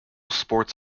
sports